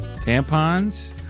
Tampons